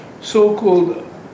so-called